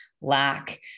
lack